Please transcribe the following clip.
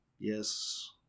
Yes